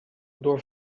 door